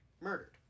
murdered